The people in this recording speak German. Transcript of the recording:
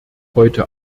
heute